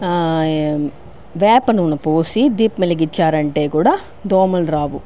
వేపనూనె పోసి దీపము వెలిగించారు అంటే కూడా దోమలు రావు